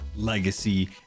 Legacy